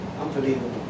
Unbelievable